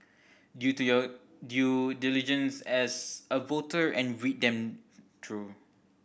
due to your due diligence as a voter and read them through